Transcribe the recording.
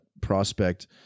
prospect